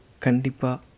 Kandipa